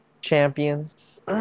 champions